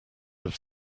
have